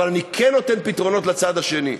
אבל אני כן נותן פתרונות לצד השני.